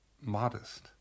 modest